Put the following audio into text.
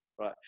right